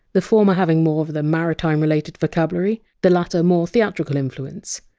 the former having more of the maritime-related vocabulary, the latter more theatrical influence.